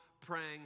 praying